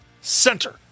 center